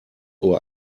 uhr